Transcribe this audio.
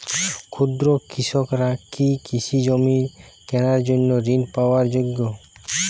ক্ষুদ্র কৃষকরা কি কৃষিজমি কেনার জন্য ঋণ পাওয়ার যোগ্য?